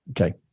Okay